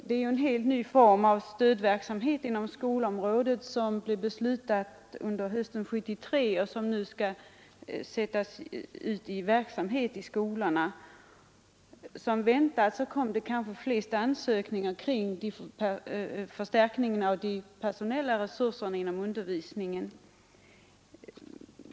Det här är en helt ny form av stödverksamhet inom skolområdet, som beslutades under hösten 1973 och som nu skall börja bedrivas ute i skolorna. Såsom väntat gällde också de flesta av de ansökningar som kom in förstärkning av de personella resurserna inom undervisningen.